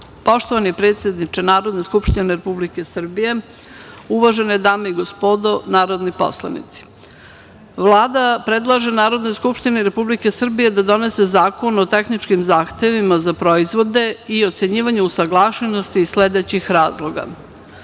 predsedniče Narodne skupštine Republike Srbije, uvažene dame i gospodo narodni poslanici, Vlada predlaže Narodnoj skupštini Republike Srbije da donese Zakon o tehničkim zahtevima za proizvode i ocenjivanje usaglašenosti iz sledećih razloga: